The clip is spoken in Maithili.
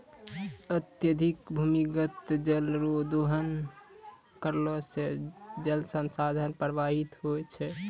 अत्यधिक भूमिगत जल रो दोहन करला से जल संसाधन प्रभावित होय छै